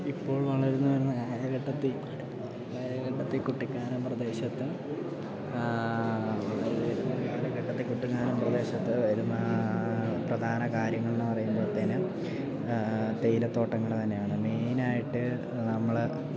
ഇപ്പോൾ വളർന്നു വരുന്ന കാലഘട്ടത്തിൽ കാലഘട്ടത്തിൽ കുട്ടിക്കാനം പ്രദേശത്ത് കാലഘട്ടത്തിൽ കുട്ടിക്കാനം പ്രദേശത്ത് വരുന്ന പ്രധാന കാര്യങ്ങളെന്ന് പറയുമ്പോഴത്തേനും തേയിലത്തോട്ടങ്ങൾ തന്നെയാണ് മെയിനായിട്ട് നമ്മൾ